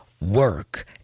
Work